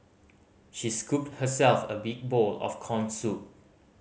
she scooped herself a big bowl of corn soup